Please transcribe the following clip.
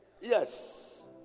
yes